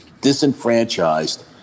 disenfranchised